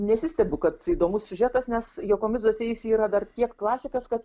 nesistebiu kad įdomus siužetas nes jakomidzo seisi yra dar tiek klasikas kad